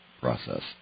process